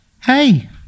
Hey